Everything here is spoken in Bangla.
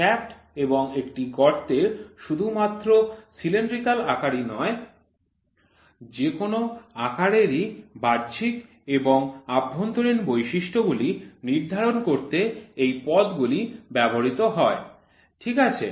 একটি শ্যাফ্ট এবং একটি গর্তের শুধুমাত্র সিলিন্ডার এর আকৃতি নয় যেকোনো আকারেরই বাহ্যিক এবং অভ্যন্তরীণ বৈশিষ্ট্যগুলি নির্ধারণ করতে এই পদ গুলি ব্যবহৃত হয় ঠিক আছে